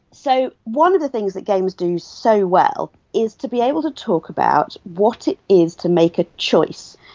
so one of the things that games do so well is to be able to talk about what it is to make a choice.